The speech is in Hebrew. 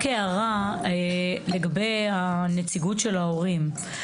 רק הערה לגבי הנציגות של ההורים.